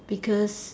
because